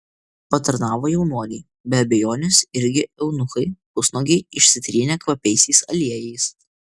patarnavo jaunuoliai be abejonės irgi eunuchai pusnuogiai išsitrynę kvapiaisiais aliejais